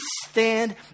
stand